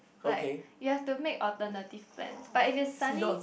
like you have to make alternative plans but if it's sunny